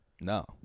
No